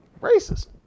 racist